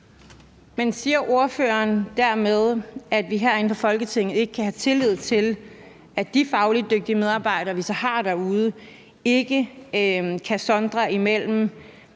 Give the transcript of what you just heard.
Men siger ordføreren dermed, at vi herinde i Folketinget ikke kan have tillid til, at de fagligt dygtige medarbejdere, vi så har derude, ikke kan sondre imellem